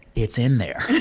it's in there.